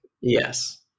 Yes